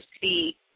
see